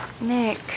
Nick